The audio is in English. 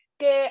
que